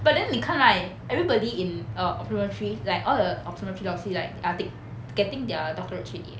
but then 你看 right everybody in err optometry like all the optometry doctors like are thi~ like getting their doctorate trade in leh